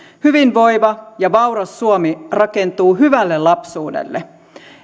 hyvinvoiva ja vauras suomi rakentuu hyvälle lapsuudelle